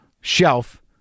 shelf